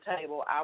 table